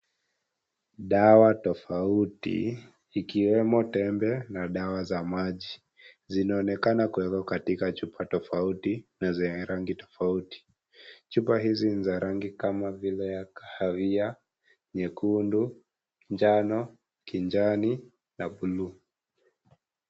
Dawa tofauti ikiwemo tembe na dawa za maji, zinaonekana kuwekwa katika chupa tofauti na zenye rangi tofauti . Chupa hizi ni za rangi kama vile ya kahawia, nyekundu, jano, kijani na buluu.